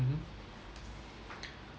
mmhmm